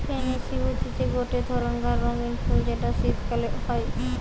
pansy হতিছে গটে ধরণকার রঙ্গীন ফুল যেটা শীতকালে হই